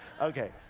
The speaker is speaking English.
Okay